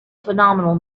phenomenal